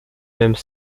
même